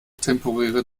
temporäre